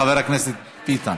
חבר הכנסת ביטן.